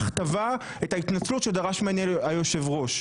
ההכתבה, את ההתנצלות שדרש ממני היושב-ראש.